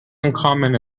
uncommon